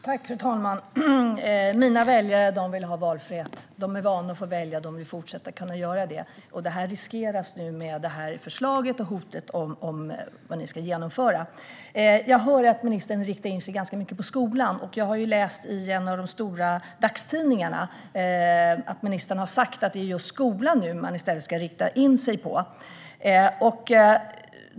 Fru ålderspresident! Mina väljare vill ha valfrihet. De är vana att få välja, och de vill fortsätta kunna göra det. Det riskeras nu med detta förslag och hotet om det ni ska genomföra. Jag hör att ministern riktar in sig ganska mycket på skolan. Jag har läst i en av de stora dagstidningarna att ministern har sagt att det är just skolan man nu ska rikta in sig på.